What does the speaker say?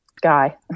guy